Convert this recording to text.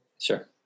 Sure